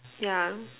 yeah